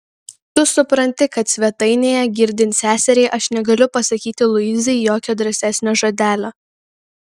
tu supranti kad svetainėje girdint seseriai aš negaliu pasakyti luizai jokio drąsesnio žodelio